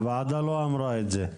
הוועדה לא אמרה את זה.